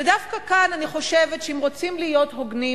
ודווקא כאן אני חושבת שאם רוצים להיות הוגנים,